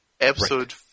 Episode